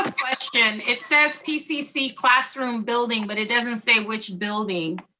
question, it says pcc classroom building, but it doesn't say which building.